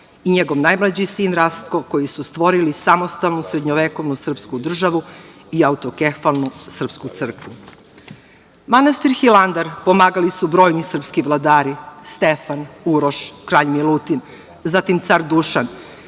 i njegov najmlađi sin Rastko, koji su stvorili samostalnu srednjovekovne srpsku državu i autokefalnu srpsku crkvu. Manastir Hilandar pomagali su brojni srpski vladari, Stefan, Uroš, kralj Milutin, zatim car Dušan.